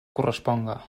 corresponga